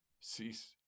Cease